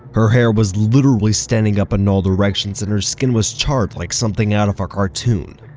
her hair was literally standing up in all directions and her skin was charred like something out of a cartoon.